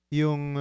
yung